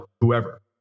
whoever